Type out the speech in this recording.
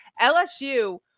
LSU